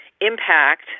impact